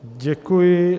Děkuji.